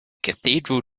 cathedral